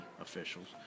officials